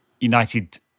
united